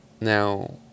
Now